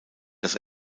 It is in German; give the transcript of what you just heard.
das